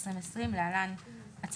השעה 10:00 בבוקר